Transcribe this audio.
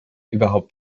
überhaupt